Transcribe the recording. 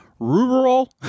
Rural